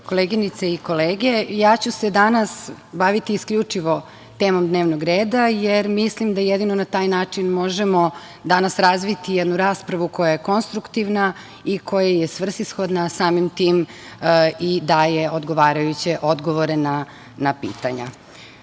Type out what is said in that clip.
koleginice i kolege, ja ću se danas baviti isključivo temom dnevnog reda, jer mislim da jedino na taj način možemo danas razviti jednu raspravu koja je konstruktivna i koja je svrsishodna, a samim tim i daje odgovarajuće odgovore na pitanja. Visoki